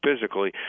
physically